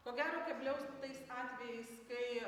ko gero kebliau su tais atvejais kai